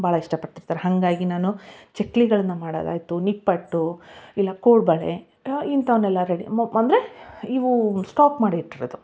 ಭಾಳ ಇಷ್ಟಪಡ್ತಿರ್ತಾರೆ ಹಾಗಾಗಿ ನಾನು ಚಕ್ಕುಲಿಗಳನ್ನ ಮಾಡೋದಾಯಿತು ನಿಪ್ಪಟ್ಟು ಇಲ್ಲ ಕೋಡುಬಳೆ ಇಂಥವನ್ನೆಲ್ಲ ರೆಡಿ ಮು ಅಂದರೆ ಇವು ಸ್ಟಾಕ್ ಮಾಡಿ ಇಟ್ಟಿರೋದು